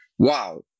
Wow